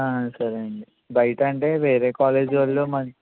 ఆ సరే అండి బయట అంటే వేరే కాలేజీ వాళ్ళు మన్